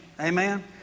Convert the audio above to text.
Amen